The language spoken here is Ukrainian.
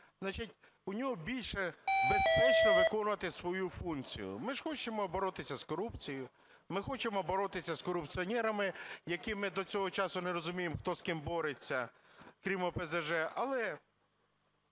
значить у нього більше безпечно виконувати свою функцію. Ми ж хочемо боротися з корупцією, ми хочемо боротися з корупціонерами, які ми до цього часу не розуміємо, хто з ким бореться, крім ОПЗЖ. Але